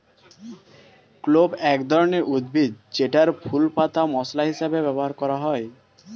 clove এক ধরনের উদ্ভিদ যেটার ফুল, পাতা মসলা হিসেবে ব্যবহার করা হয়